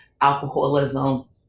alcoholism